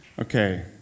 Okay